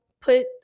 put